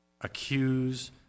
accuse